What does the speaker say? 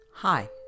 Hi